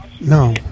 No